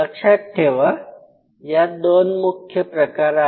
लक्षात ठेवा यात दोन मुख्य प्रकार आहेत